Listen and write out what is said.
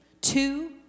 Two